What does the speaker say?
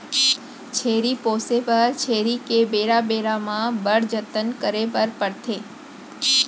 छेरी पोसे बर छेरी के बेरा बेरा म बड़ जतन करे बर परथे